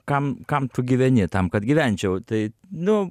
kam kam tu gyveni tam kad gyvenčiau tai nu